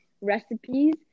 recipes